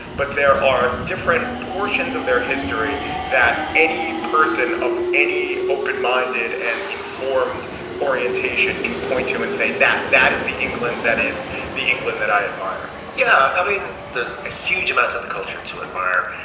but there are different portions of their history that any person of any open minded and informed orientation can point to and say that that is the england that is the england that i admire yeah i mean there's a huge amount in the culture to admire.